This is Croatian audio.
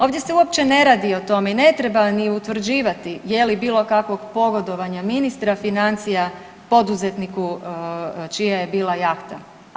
Ovdje se uopće ne radi o tome i ne treba ni utvrđivati je li bilo kakvog pogodovanja ministra financija poduzetniku čija je bila jahta.